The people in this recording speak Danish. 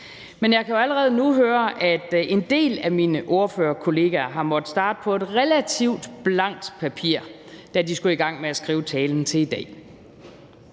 Men jeg kan jo allerede nu høre, at en del af mine ordførerkollegaer har måttet starte med et relativt blankt papir, da de skulle i gang med at skrive talen til i dag,